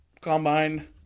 Combine